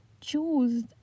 choose